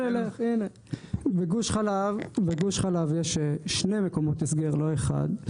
בגוש חלב יש שני מקומות הסגר לא אחד,